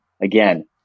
again